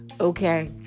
okay